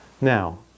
Now